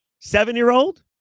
seven-year-old